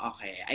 Okay